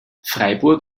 freiburg